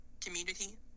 community